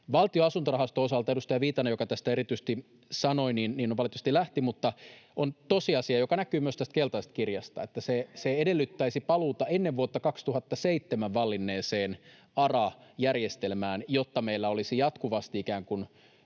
Valtion asuntorahaston osalta — edustaja Viitanen, joka tästä erityisesti sanoi, valitettavasti lähti — on tosiasia, joka näkyy myös tästä keltaisesta kirjasta, että se edellyttäisi paluuta ennen vuotta 2007 vallinneeseen ARA-järjestelmään, jotta meillä olisi jatkuvasti ikään kuin